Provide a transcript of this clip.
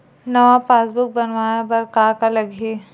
नवा पासबुक बनवाय बर का का लगही?